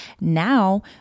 Now